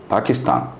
Pakistan